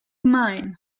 mine